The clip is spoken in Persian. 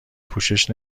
پوشش